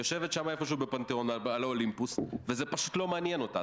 יושבת שם איפשהו בפנתיאון על האולימפוס וזה פשוט לא מעניין אותה.